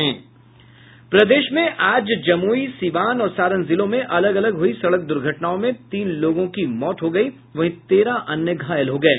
प्रदेश में आज जमूई सीवान और सारण जिलों में अलग अलग हुई सडक दुर्घटनाओं में तीन लोगों की मौत हो गई वहीं तेरह अन्य घायल हो गये